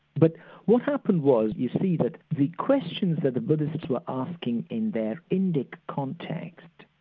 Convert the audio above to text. but what happened was, you see, that the questions that the buddhists were asking in their indic context,